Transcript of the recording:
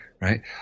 right